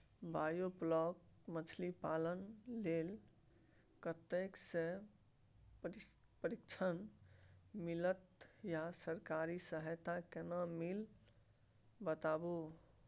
Biofloc मछलीपालन लेल कतय स प्रशिक्षण मिलत आ सरकारी सहायता केना मिलत बताबू?